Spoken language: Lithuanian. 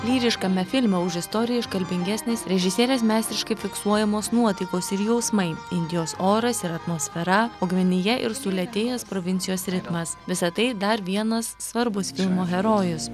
lyriškame filme už istoriją iškalbingesnės režisierės meistriškai fiksuojamos nuotaikos ir jausmai indijos oras ir atmosfera augmenija ir sulėtėjęs provincijos ritmas visa tai dar vienas svarbus filmo herojus